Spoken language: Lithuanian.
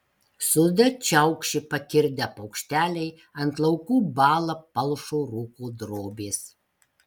sode čiaukši pakirdę paukšteliai ant laukų bąla palšo rūko drobės